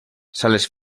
sales